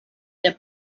der